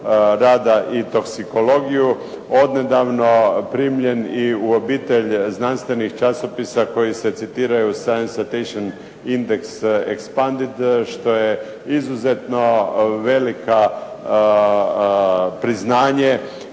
rada i toksikologiju odnedavno primljen i u obitelj znanstvenih časopisa koji se citiraju sa "Science citation indeks expanded" što je izuzetno velika priznanje,